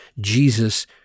Jesus